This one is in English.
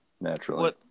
naturally